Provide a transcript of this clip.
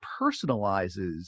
personalizes